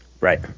Right